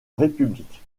république